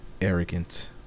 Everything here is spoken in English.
arrogant